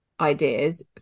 ideas